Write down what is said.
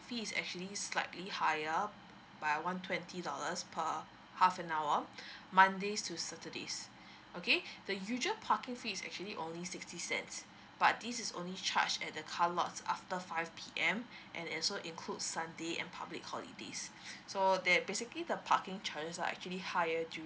fee is actually slightly higher by one twenty dollars per half an hour mondays to saturdays okay the usual parking fee is actually only sixty cents but this is only charge at the car lots after five P_M and it also include sunday and public holidays so that basically the parking charges are actually higher during